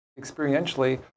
experientially